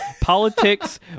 politics